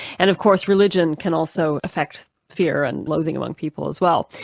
and of course religion can also effect fear and loathing among people as well.